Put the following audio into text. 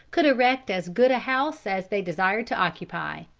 could erect as good a house as they desired to occupy.